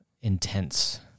intense